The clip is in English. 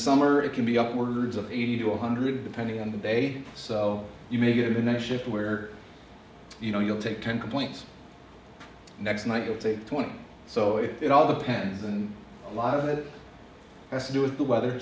summer it can be upwards of eighty to one hundred depending on the day so you may get in a shift where you know you'll take ten complaints next night you'll take twenty so it all depends and a lot of it has to do with the weather